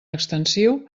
extensiu